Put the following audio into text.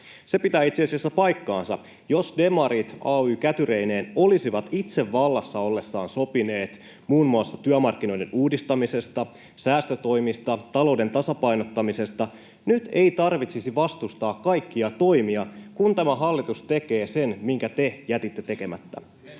Se pitää itse asiassa paikkansa. Jos demarit ay-kätyreineen olisivat itse vallassa ollessaan sopineet muun muassa työmarkkinoiden uudistamisesta, säästötoimista ja talouden tasapainottamisesta, nyt ei tarvitsisi vastustaa kaikkia toimia, kun tämä hallitus tekee sen, minkä te jätitte tekemättä.